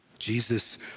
Jesus